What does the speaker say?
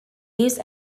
used